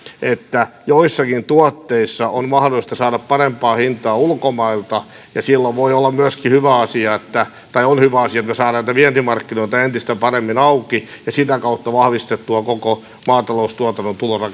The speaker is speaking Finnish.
että joistakin tuotteista on mahdollista saada parempaa hintaa ulkomailta ja silloin on hyvä asia että me saamme näitä vientimarkkinoita entistä paremmin auki ja sitä kautta vahvistettua koko maataloustuotannon